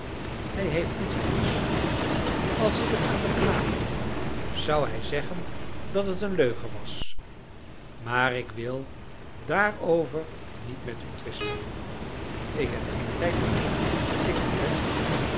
hij heeft niets anders als ik het aan den knaap vroeg zou hij zeggen dat het een leugen was maar ik wil daarover niet met u twisten ik heb geen tijd daartoe ik moet weg